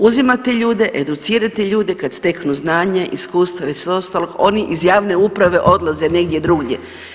Uzimate ljude, educirate ljude, kad steknu znanje, iskustvo i sve ostalo, oni iz javne uprave odlaze negdje drugdje.